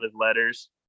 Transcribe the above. letters